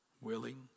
willing